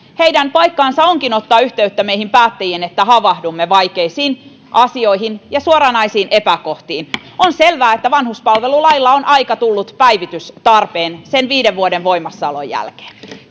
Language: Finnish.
paikkansa onkin ottaa yhteyttä meihin päättäjiin että havahdumme vaikeisiin asioihin ja suoranaisiin epäkohtiin on selvää että vanhuspalvelulailla on tullut päivitystarpeen aika sen viiden vuoden voimassaolon jälkeen